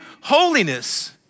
holiness